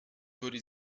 würde